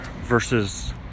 Versus